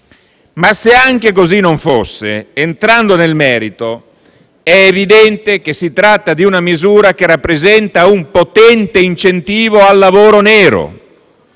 se anche così non fosse, entrando nel merito, è evidente che si tratta di una misura che rappresenta un potente incentivo al lavoro nero.